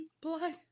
Blood